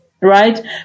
right